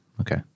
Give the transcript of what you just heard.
okay